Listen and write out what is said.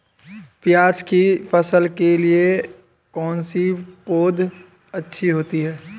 प्याज़ की फसल के लिए कौनसी पौद अच्छी होती है?